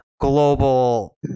global